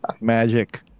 magic